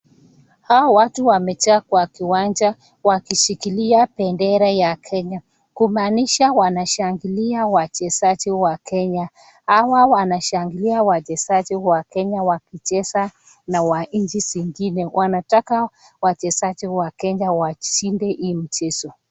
Hawa watu wamejaa kiwanja wakishikilia pendera ya Kenya. Kumanisha wanashangilia wachezaji wa Kenya. Hawa wanashanhilia wachezaji wa Kenya wakicheza na wa nchi zingine. Wanataka wachezaji wa Kenya washinde hii mchezo.